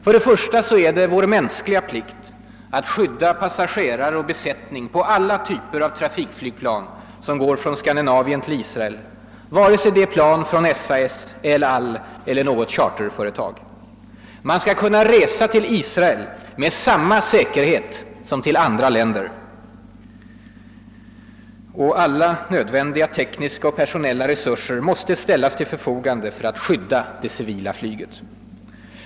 Först och främst är det vår mänskliga plikt att skydda passagerare och besättning på alla typer av trafikflygplan som går från Skandinavien till Israel antingen det är plan från SAS, El Al eller från något charterföretag. Man skall kunna resa till Israel med samma säkerhet som till andra länder. Alla nödvändiga tekniska och personella resurser måste ställas till förfogande för att skydda det civila flyget.